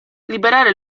liberare